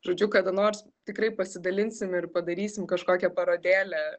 žodžiu kada nors tikrai pasidalinsim ir padarysim kažkokią parodėlę